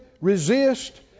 resist